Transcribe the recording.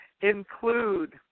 include